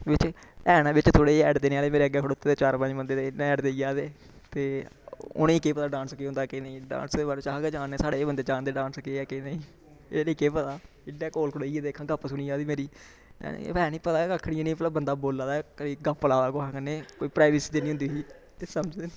बिच्च हैन थोह्ड़े जेह् बिच्च ऐड देने आह्ले मेरे अग्गे खड़ोते दे चार पंज बंदे ते एह् इ'यां ऐड देई जा दे ते उ'नेंगी केह् पता डांस केह् होंदा केह् नेईं डांस बारे च अस के जान्ने साढ़े जेह् बंदे जानदे डांस केह् ऐ केह् नेईं इ'नें गी केह् पता इ'यां कौल खढोई गेदे गप्प सुनी जा दे मेरी ऐ निं पता कक्ख निं भला बंदा बोला दा केह् गप्प ला दा कुसै कन्ने प्राइवेसी देनी होंदी ते समझदे